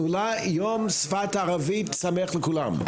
יום השפה הערבית שמח לכולם.